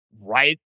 right